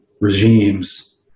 regimes